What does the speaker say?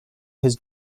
his